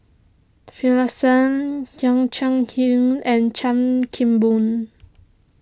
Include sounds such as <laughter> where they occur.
Finlayson <unintelligible> Chia Hsing and Chan Kim Boon